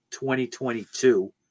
2022